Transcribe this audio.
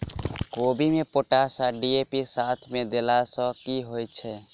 कोबी मे पोटाश आ डी.ए.पी साथ मे देला सऽ की होइ छै?